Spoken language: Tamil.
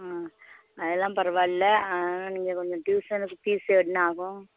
ஆ அதெலாம் பரவாயில்லை நீங்கள் கொஞ்சம் டியூஷனுக்கு ஃபீஸ் என்னாகும்